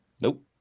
Nope